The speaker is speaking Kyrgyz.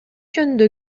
жөнүндө